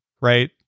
right